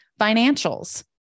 financials